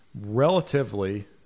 relatively